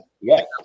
Yes